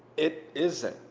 it isn't.